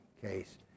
case